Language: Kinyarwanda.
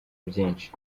byinshi